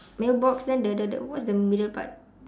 mailbox then the the the what's the middle part